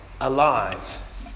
alive